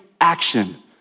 action